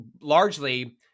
largely